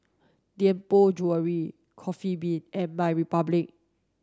Tianpo Jewellery Coffee Bean and MyRepublic